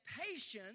patience